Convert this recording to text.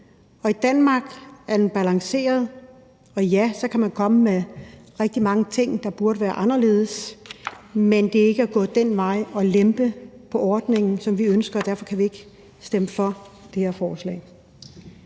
I Danmark er det balanceret, og så kan man komme med rigtig mange ting, der burde være anderledes, men at lempe på ordningen er ikke en vej, vi ønsker at gå, og derfor kan vi ikke stemme for det her forslag.